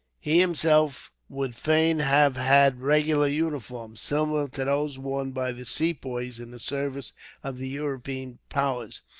he himself would fain have had regular uniforms, similar to those worn by the sepoys in the service of the european powers,